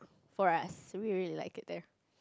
for us we really really like it there